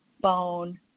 bone